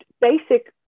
basic